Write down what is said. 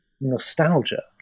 nostalgia